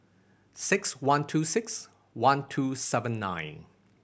six one two six one two seven nine